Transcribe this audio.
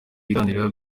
biganiro